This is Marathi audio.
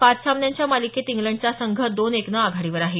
पाच सामन्यांच्या मालिकेत इंग्लंडचा संघ दोन एक नं आघाडीवर आहे